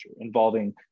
involving